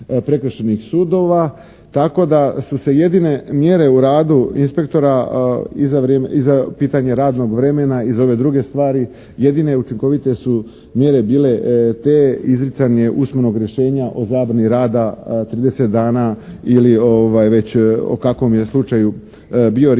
tako da su se jedine mjere u radu inspektora i za pitanje radnog vremena i za ove druge stvari jedine učinkovite su mjere bile te izricanje usmenog rješenja o zabrani rada 30 dana ili već o kakvom je slučaju bio riječ.